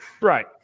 Right